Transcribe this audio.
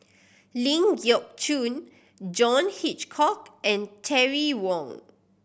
Ling Geok Choon John Hitchcock and Terry Wong